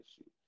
issue